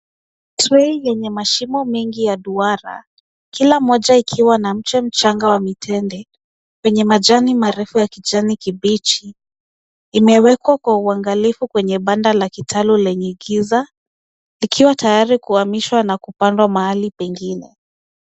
Trei yenye mashimo mengi ya duara kila moja ikiwa miche ya mitende yenye majani marefu ya kijani kibichi imewekwa kwa uangalifu kwenye banda la kitalu lenye giza ikiwa tayari kuhamishwa na kupandwa pahali pengine.